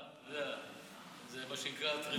זה מה שנקרא טריוויאלי.